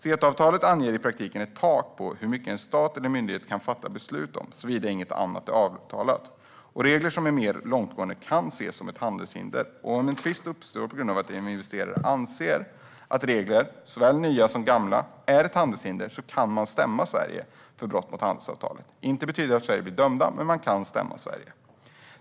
CETA-avtalet anger i praktiken ett tak för hur mycket en stat eller myndighet kan fatta beslut om, såvida inget annat avtalats. Regler som är mer långtgående kan ses som ett handelshinder. Om en tvist uppstår på grund av att investerare anser att nya eller gamla regler är ett handelshinder kan man stämma Sverige för brott mot handelsavtalet. Det behöver inte betyda att Sverige blir dömt, men de kan stämma landet.